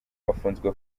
bafunzwe